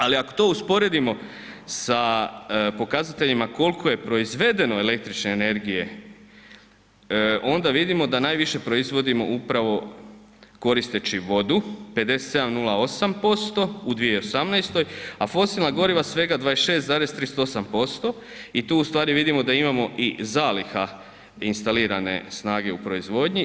Ali ako to usporedimo sa pokazateljima koliko je proizvedeno električne energije onda vidimo da najviše proizvodimo koristeći vodu 57,08% u 2018., a fosilna goriva svega 26,38% i tu ustvari vidimo da imamo i zaliha instalirane snage u proizvodnji.